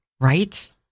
Right